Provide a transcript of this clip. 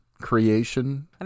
creation